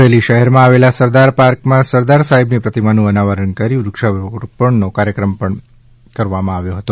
અમરેલી શહેરમાં આવેલ સરદાર પાર્કમાં સરદાર સાહેબની પ્રતિમાનું અનાવરણ કરી વૃક્ષારોપણનો કાર્યક્રમ યોજાયો હતો